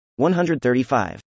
135